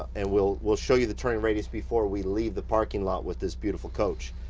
and we'll we'll show you the turning radius before we leave the parking lot with this beautiful coach.